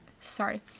sorry